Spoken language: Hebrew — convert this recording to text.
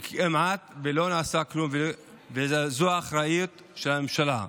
כמעט לא נעשה כלום, וזאת האחריות של הממשלה.